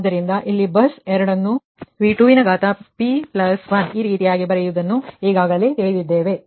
ಆದ್ದರಿಂದಇಲ್ಲಿ bus 2 ನ್ನು V2p1 ಈ ರೀತಿಯಾಗಿ ಬರೆಯುವುದು ಈಗಾಗಲೇ ತಿಳಿದಿದ್ದೇವೆ